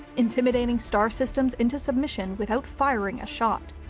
intimidating star systems into submission without firing a shot.